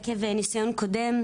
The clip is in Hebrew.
עקב ניסיון קודם,